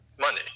money